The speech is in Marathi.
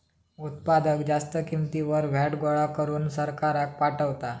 उत्पादक जास्त किंमतीवर व्हॅट गोळा करून सरकाराक पाठवता